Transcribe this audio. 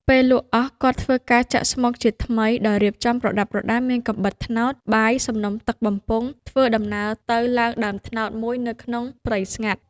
ពេលលក់អស់ គាត់ធ្វើការចាក់ស្មុគជាថ្មីដោយរៀបចំប្រដាប់ប្រដាមានកាំបិតត្នោត បាយ សំណុំទឹកបំពង់ ធ្វើដំណើរទៅឡើងដើមត្នោតមួយនៅក្នុងព្រៃស្ងាត់។